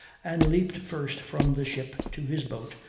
and leaped first from the ship to his boat,